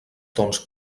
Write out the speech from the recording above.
tons